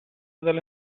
delle